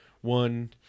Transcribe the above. one